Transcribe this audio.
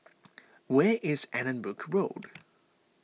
where is Allanbrooke Road